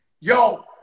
Yo